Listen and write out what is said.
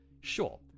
Sure